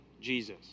Jesus